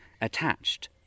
attached